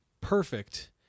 perfect